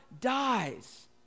dies